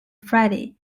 friday